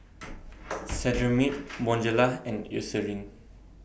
Cetrimide Bonjela and Eucerin